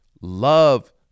love